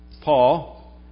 Paul